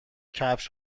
کفش